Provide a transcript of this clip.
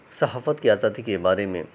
صحافت کی آزادی کے بارے میں